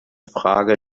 frage